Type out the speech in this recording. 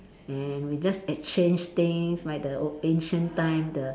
and we just exchange things like the old ancient time the